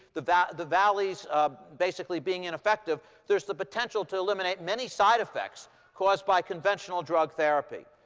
the valleys the valleys basically being ineffective there's the potential to eliminate many side effects caused by conventional drug therapy.